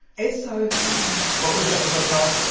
it's so fun what was your episode called?